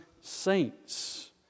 saints